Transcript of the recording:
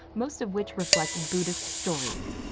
most of which reflect buddhist stories.